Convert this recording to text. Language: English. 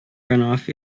runoff